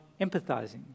empathizing